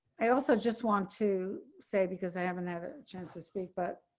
i also just want to say because i haven't had a chance to speak, but